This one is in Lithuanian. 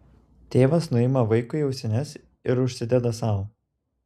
tėvas nuima vaikui ausines ir užsideda sau